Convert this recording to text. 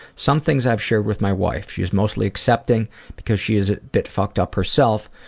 some things have shared with my wife. she is mostly excepting because she is a bit fucked up herself.